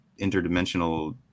interdimensional